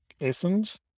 essence